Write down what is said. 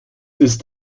ist